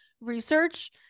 research